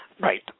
Right